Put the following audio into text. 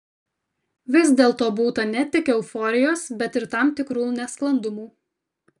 vis dėlto būta ne tik euforijos bet ir tam tikrų nesklandumų